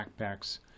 backpacks